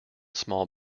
small